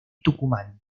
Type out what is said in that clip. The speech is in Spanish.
tucumán